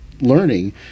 learning